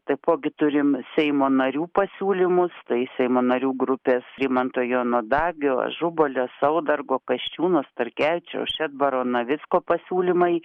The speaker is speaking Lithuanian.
taipogi turim seimo narių pasiūlymus tai seimo narių grupės rimanto jono dagio ažubalio saudargo kasčiūno starkevičiaus šedbaro navicko pasiūlymai